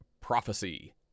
prophecy